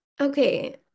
Okay